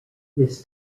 this